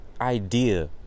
idea